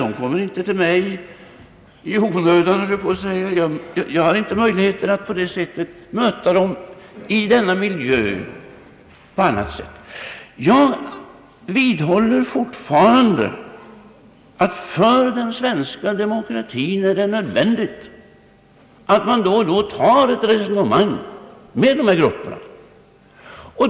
De kommer inte till mig i onödan, jag har inte möjlighet att på annat sätt möta dem i denna miljö. Jag vidhåller fortfarande att det är nödvändigt för den svenska demokratin att man då och då för ett resonemang med dessa grupper.